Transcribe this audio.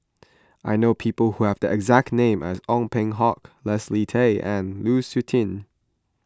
I know people who have the exact name as Ong Peng Hock Leslie Tay and Lu Suitin